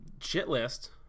Shitlist